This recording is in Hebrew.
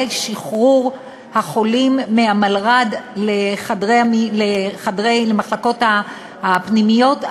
שחרור החולים מהמלר"ד למחלקות הפנימיות,